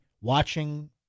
watching